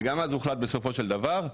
וגם אז הוחלט בסופו של דבר,